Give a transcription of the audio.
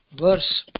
verse